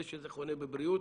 זה שזה חונה בבריאות,